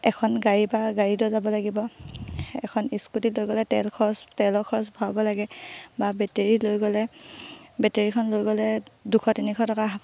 এখন গাড়ী বা গাড়ী লৈ যাব লাগিব এখন স্কুটি লৈ গ'লে তেল খৰচ তেলৰ খৰচ ভৰিব লাগে বা বেটেৰী লৈ গ'লে বেটেৰীখন লৈ গ'লে দুশ তিনিশ টকা